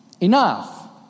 Enough